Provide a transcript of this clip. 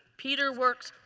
peter works